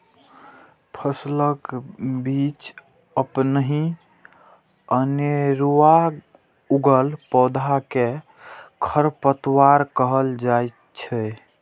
फसलक बीच अपनहि अनेरुआ उगल पौधा कें खरपतवार कहल जाइ छै